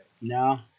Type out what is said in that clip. No